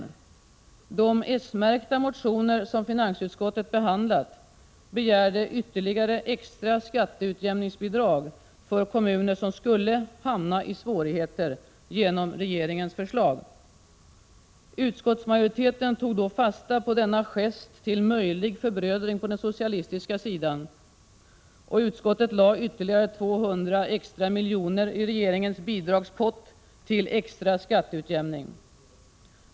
I de s-märkta motioner som finansutskottet behandlat begärde man ytterligare extra skatteutjämningsbidrag för kommuner som skulle hamna i svårigheter genom regeringens förslag. Utskottsmajoriteten tog då fasta på denna gest till möjlig förbrödring på den socialistiska sidan. Utskottet lade ytterligare 200 extra miljoner i regeringens bidragspott till extra skatteutjämning.